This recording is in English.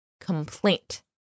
complaint